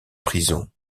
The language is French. prison